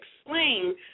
explain